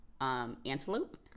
Antelope